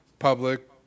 public